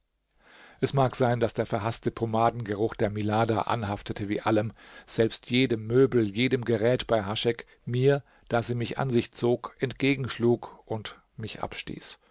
es mag sein daß der verhaßte pomadengeruch der milada anhaftete wie allem selbst jedem möbel jedem gerät bei haschek mir da sie mich an sich zog entgegenschlug und mich abstieß